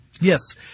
Yes